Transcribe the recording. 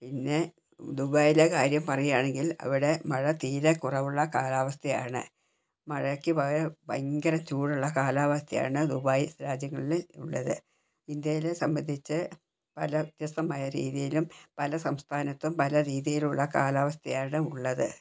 പിന്നെ ദുബായിലെ കാര്യം പറയുകയാണെങ്കിൽ അവിടെ മഴ തീരെ കുറവുള്ള കാലാവസ്ഥ ആണ് മഴയ്ക്ക് പകരം ഭയങ്കര ചൂടുള്ള കാലാവസ്ഥ ആണ് ദുബായ് രാജ്യങ്ങളിൽ ഉള്ളത് ഇന്ത്യയിലെ സംബന്ധിച്ച് പല വ്യത്യസ്തമായ രീതിയിലും പല സംസ്ഥാനത്തും പല രീതിയിലുള്ള കാലാവസ്ഥയാണ് ഉള്ളത്